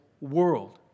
world